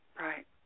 Right